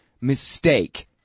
mistake